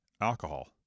alcohol